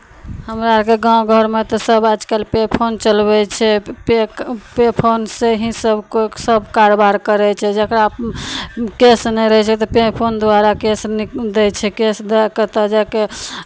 हमरा आरके गाँव घरमे तऽ सभ आजकल पे फोन चलबै छथि पे पे फोनसँ ही सभकोइ सभ कारबार करै छै जकरा कैश नहि रहै छै तऽ पे फोन द्वारा कैश नहि दै छै कैश द्वारा कतहु जा कऽ